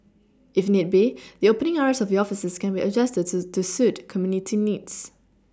if need be the opening hours of the offices can be adjusted to suit community needs